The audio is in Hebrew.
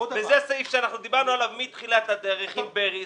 וזה סעיף שאנחנו דיברנו עליו מתחילת הדרך עם בריס,